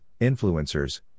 influencers